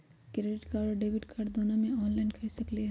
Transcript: Credit card और debit card दोनों से ऑनलाइन खरीद सकली ह?